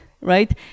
right